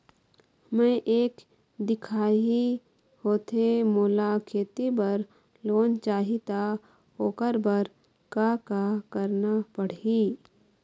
मैं एक दिखाही होथे मोला खेती बर लोन चाही त ओकर बर का का करना पड़ही?